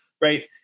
right